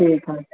ਠੀਕ ਆ